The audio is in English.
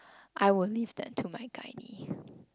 I will leave that to my gynae